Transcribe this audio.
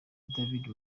david